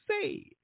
say